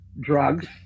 drugs